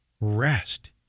rest